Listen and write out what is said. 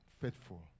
faithful